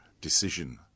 decision